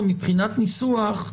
ומבחינת ניסוח,